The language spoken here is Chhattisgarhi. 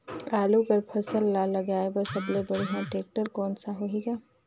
आलू कर फसल ल लगाय बर सबले बढ़िया टेक्टर कोन सा होही ग?